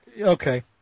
Okay